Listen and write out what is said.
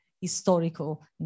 historical